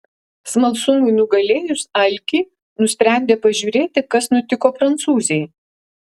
smalsumui nugalėjus alkį nusprendė pažiūrėti kas nutiko prancūzei